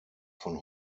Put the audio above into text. von